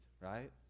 right